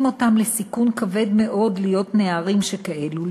אותם לסיכון כבד מאוד להיות נערים כאלה,